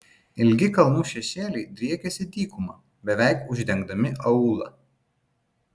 ilgi kalnų šešėliai driekėsi dykuma beveik uždengdami aūlą